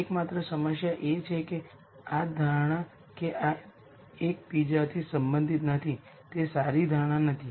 એકમાત્ર સમસ્યા એ છે કે ધારણા કે આ એક બીજાથી સંબંધિત નથી તે સારી ધારણા નથી